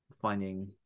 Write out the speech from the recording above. finding